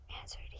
answered